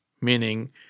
meaning